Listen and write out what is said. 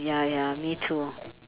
ya ya me too